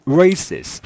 races